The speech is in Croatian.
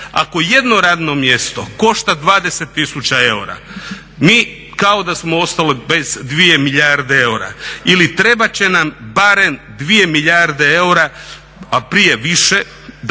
Ako jedno radno mjesto košta 20 tisuća eura, mi kao da smo ostali bez 2 milijarde eura ili trebat će nam barem 2 milijarde eura, a prije više, da